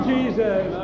Jesus